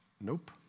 Nope